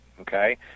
Okay